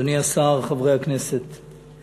אדוני השר, חברי הכנסת,